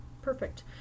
Perfect